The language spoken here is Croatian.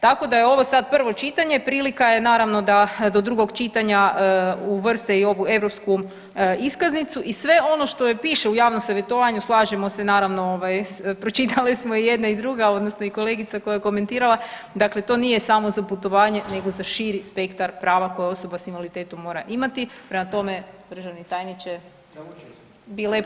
Tako da je ovo sad prvo čitanje, prilika je naravno da do drugog čitanja uvrste i ovu europsku iskaznicu i sve ono što piše u javnom savjetovanju, slažemo se naravno, ovaj, pročitale smo jedna i druga odnosno i kolegice koja je komentirala, dakle to nije samo za putovanje nego za širi spektar prava koje osoba s invaliditetom mora imati, prema tome, državni tajniče, bi lepo prosila.